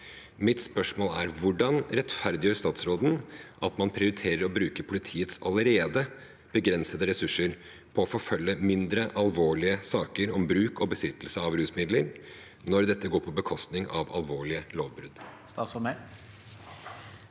Mitt spørsmål er: Hvordan rettferdiggjør statsråden at man prioriterer å bruke politiets allerede begrensede ressurser på å forfølge mindre alvorlige saker om bruk og besittelse av rusmidler, når dette går på bekostning av alvorlige lovbrudd?